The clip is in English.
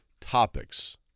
topics